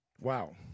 Wow